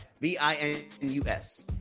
v-i-n-u-s